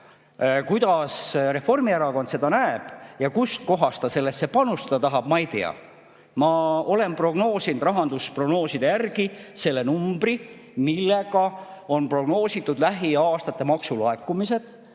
Kuidas Reformierakond seda näeb ja kust kohast ta sellesse panustada tahab, ma ei tea. Ma olen prognoosinud rahandusprognooside järgi selle numbri, millega on prognoositud lähiaastate maksulaekumised.